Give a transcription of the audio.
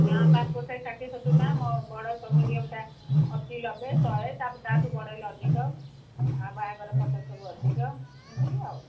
ହଁ passport size ଷାଠିଏ ଶତୁରୀ ଟଙ୍କା ବଡ଼ ମିଡ଼ିୟମ୍ଟା ଅଶୀ ନବେ ଶହେ ତା' ତା'ଠୁ ବଡ଼ହେଲେ ଅଧିକ ଆଉ ବାହାଘରେ ଫଟୋ ସବୁ ଅଧିକ ଏମିତି ଆଉ